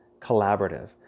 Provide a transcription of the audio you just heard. collaborative